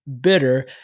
bitter